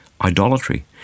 idolatry